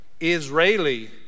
Israeli